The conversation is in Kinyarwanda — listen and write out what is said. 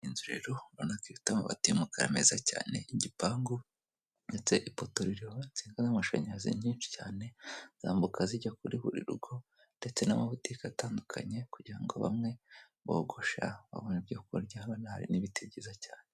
Inzu rero urabona ko ifite amabati y'umukara meza cyane, igipangu ndetse ipoto ririho insinga z'amashanyarazi nyinshi cyane zambuka zijya kuri buri rugo ndetse n'amabutike atandukanye kugira ngo bamwe bogosha babone ibyo kurya, hano hari n'ibiti byiza cyane.